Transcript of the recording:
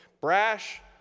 Brash